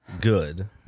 good